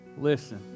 Listen